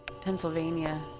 Pennsylvania